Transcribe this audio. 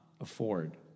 afford